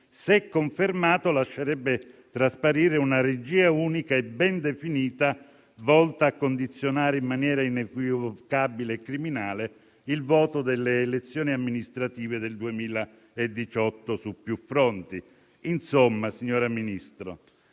se confermato, lascerebbe trasparire una regia unica e ben definita volta a condizionare in maniera inequivocabile e criminale il voto delle elezioni amministrative del 2018 su più fronti. Insomma, signora Ministro,